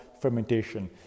fermentation